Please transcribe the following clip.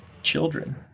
children